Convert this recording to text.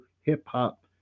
hip-hop